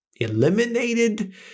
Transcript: eliminated